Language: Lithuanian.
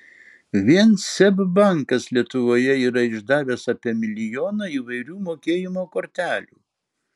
vien seb bankas lietuvoje yra išdavęs apie milijoną įvairių mokėjimo kortelių